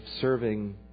serving